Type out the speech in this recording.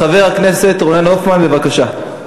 חבר הכנסת רונן הופמן, בבקשה.